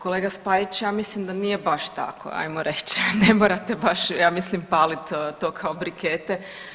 Kolega Spajić ja mislim da nije baš tako hajmo reći, ne morate baš ja mislim palit to kao brikete.